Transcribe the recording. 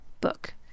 book